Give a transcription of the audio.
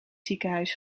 ziekenhuis